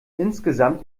insgesamt